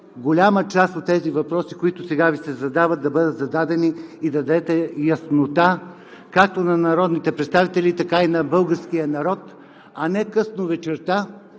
голяма част от тези въпроси, които сега Ви се задават – да бъдат зададени и да дадете яснота както на народните представители, така и на българския народ, а не късно вечерта